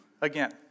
again